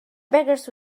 beggars